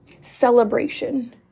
celebration